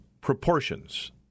proportions